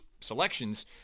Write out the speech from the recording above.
selections